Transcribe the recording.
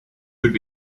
would